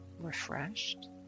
refreshed